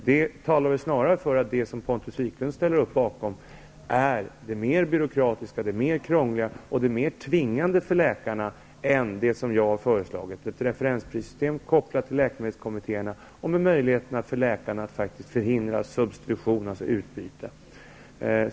Detta talar snarare för att vad Pontus Wiklund ställer upp bakom är det mer byråkratiska, krångliga och tvingande för läkarna än det jag har föreslagit: ett referensprissystem, kopplat till läkemedelskommmittéerna, och med möjlighet för läkarna att förhindra substitution, alltså utbyte.